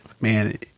man